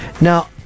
Now